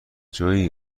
جویی